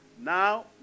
Now